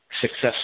success